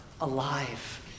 alive